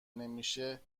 نمیشه